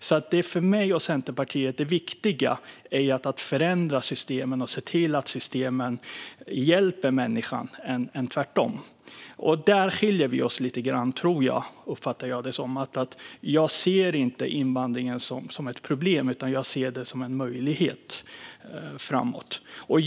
Det viktiga för mig och Centerpartiet är att förändra systemen och se till att de hjälper människan snarare än tvärtom. Där skiljer vi oss åt lite grann, uppfattar jag det som: Jag ser inte invandringen som ett problem utan som en möjlighet.